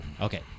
Okay